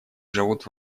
живут